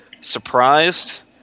surprised